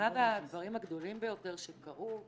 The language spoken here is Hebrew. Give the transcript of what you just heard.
אחד הדברים הגדולים ביותר שקרו שבחורה,